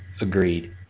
Agreed